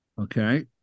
Okay